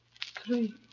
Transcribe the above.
three